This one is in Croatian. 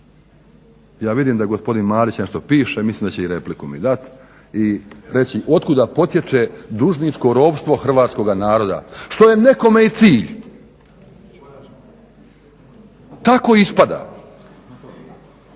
Ja vidim da gospodin Marić nešto piše, mislim da će i repliku mi dati i reći otkuda potječe dužničko ropstvo hrvatskoga naroda. Što je nekome i cilj. Tako ispada.